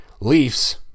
Leafs